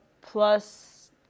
plus